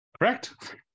correct